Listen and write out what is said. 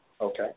Okay